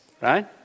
right